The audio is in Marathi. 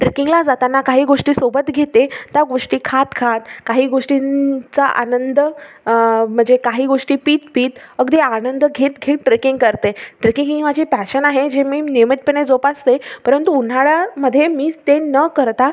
ट्रेकिंगला जाताना काही गोष्टी सोबत घेते त्या गोष्टी खात खात काही गोष्टीं चा आनंद म्हणजे काही गोष्टी पीत पीत अगदी आनंद घेत घेत ट्रेकिंग करते ट्रेकिंग ही माझी पॅशन आहे जी मी नियमितपणे जोपासते परंतु उन्हाळ्यामध्ये मी स् ते न करता